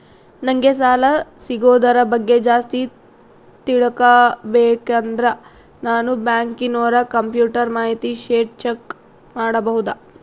ನಂಗೆ ಸಾಲ ಸಿಗೋದರ ಬಗ್ಗೆ ಜಾಸ್ತಿ ತಿಳಕೋಬೇಕಂದ್ರ ನಾನು ಬ್ಯಾಂಕಿನೋರ ಕಂಪ್ಯೂಟರ್ ಮಾಹಿತಿ ಶೇಟ್ ಚೆಕ್ ಮಾಡಬಹುದಾ?